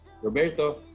Roberto